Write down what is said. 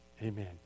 Amen